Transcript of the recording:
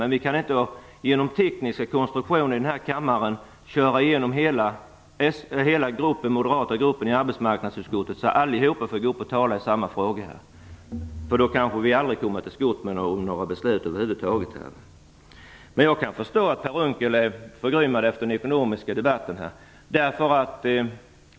Men vi kan inte genom tekniska konstruktioner i kammaren köra igenom hela den moderata gruppen i arbetsmarknadsutskottet, så att alla får gå upp och tala i samma fråga. Då kanske vi aldrig kommer till skott med några beslut över huvud taget. Jag kan förstå att Per Unckel är förgrymmad efter den ekonomiska debatten.